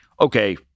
okay